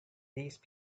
these